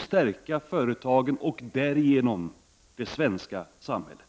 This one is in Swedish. stärka företagen och därigenom det svenska samhället.